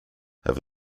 have